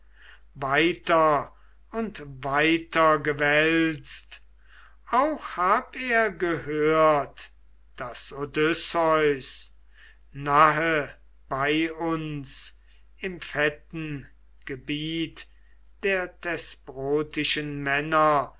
weiter und weiter gewälzt auch hab er gehört daß odysseus nahe bei uns im fetten gebiet der thesprotischen männer